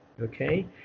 okay